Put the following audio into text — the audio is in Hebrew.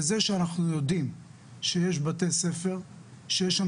וזה שאנחנו יודעים שיש בתי ספר שיש שם